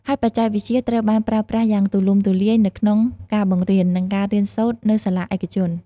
ហើយបច្ចេកវិទ្យាត្រូវបានប្រើប្រាស់យ៉ាងទូលំទូលាយនៅក្នុងការបង្រៀន និងការរៀនសូត្រនៅសាលាឯកជន។